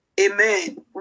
Amen